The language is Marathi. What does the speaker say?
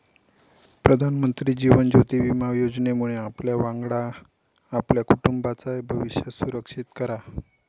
प्रधानमंत्री जीवन ज्योति विमा योजनेमुळे आपल्यावांगडा आपल्या कुटुंबाचाय भविष्य सुरक्षित करा